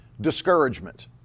discouragement